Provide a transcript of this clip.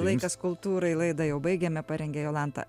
laikas kultūrai laidą jau baigiame parengė jolanta